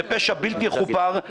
זה פשע בל יכופר,